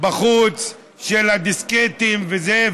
בחוץ של הדיסקטים וזה,